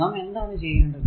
നാം എന്താണ് ചെയ്യേണ്ടത്